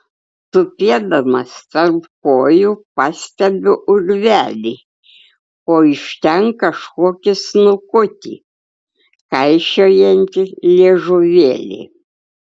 tupėdamas tarp kojų pastebiu urvelį o iš ten kažkokį snukutį kaišiojantį liežuvėlį